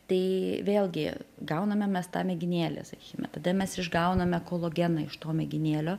tai vėlgi gauname mes tą mėginėlį sakykime tada mes išgauname kolageną iš to mėginėlio